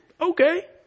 Okay